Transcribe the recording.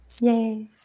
Yay